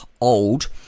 old